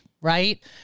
right